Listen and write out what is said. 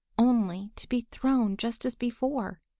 only to be thrown just as before.